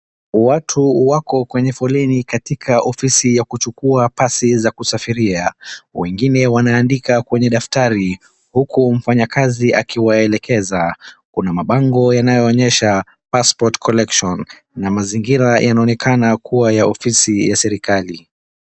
watu wako kwenye foleni katika ofisi ya kuchukua pasi za kusafiria wengine wanaandika kwenye daftari huku mfanya kazi akiwaelekeza ,kuna mabango yanayoonyesha passport collection na mazingira yanaonekana kuwa afisi ya serikali